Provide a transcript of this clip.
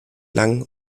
lang